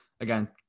again